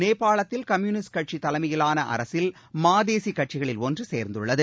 நேபாளத்தில் கம்யூனிஸ்ட் கட்சி தலைமையிலான அரசில் மாதேசி கட்சிகளில் ஒன்று சே்ந்துள்ளது